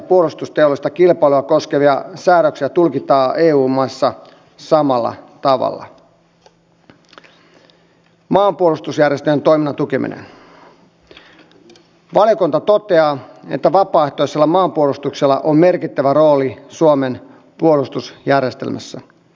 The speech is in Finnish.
se on esimerkki koko euroopalle lähestulkoon sellaisesta laitoksesta joita pitäisi olla myös euroopan ulkorajoilla eli tämän olisi pitänyt olla siellä jo vuosia sitten